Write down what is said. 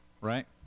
Right